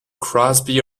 crosby